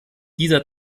dieser